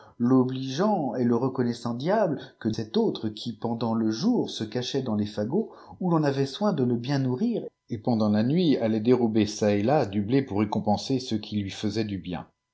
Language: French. l'obligeant et le reconnaissant diable que cet autre qui pendant le jour se cachait dans des fagots où ion avait soin de le bien nourrir et pendant b nuit allait dérober çà et là du blé pour récompenser ceux qui lui faisaient du bien